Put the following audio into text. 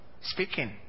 speaking